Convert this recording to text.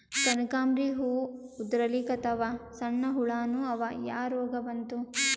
ಕನಕಾಂಬ್ರಿ ಹೂ ಉದ್ರಲಿಕತ್ತಾವ, ಸಣ್ಣ ಹುಳಾನೂ ಅವಾ, ಯಾ ರೋಗಾ ಬಂತು?